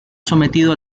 sometido